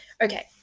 Okay